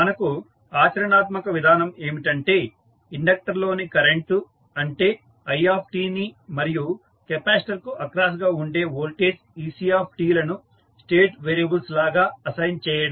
మనకు ఆచరణాత్మక విధానం ఏమిటంటే ఇండక్టర్ లోని కరెంటు అంటే i ని మరియు కెపాసిటర్ కు అక్రాస్ గా ఉండే వోల్టేజ్ ec లను స్టేట్ వేరియబుల్స్ లాగా అసైన్ చేయడం